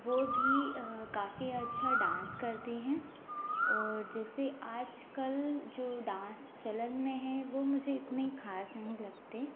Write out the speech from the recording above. वो भी काफ़ी अच्छा डांस करते हैं और जैसे आज कल जो डांस चलन में है वो मुझे इतने ख़ास नहीं लगते